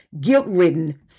guilt-ridden